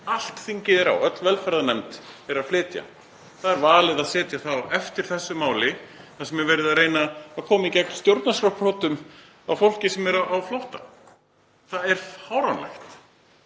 allt þingið er á, öll velferðarnefnd er að flytja. Það er valið að setja það á eftir þessu máli þar sem verið er að reyna að koma í gegn stjórnarskrárbrotum á fólki sem er á flótta. Það er fáránlegt.